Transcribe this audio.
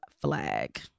flag